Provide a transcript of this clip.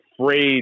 afraid